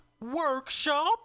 Workshop